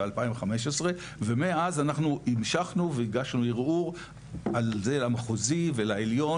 ב-2015 ומאז אנחנו המשכנו והגשנו ערעור על זה למחוזי ולעליון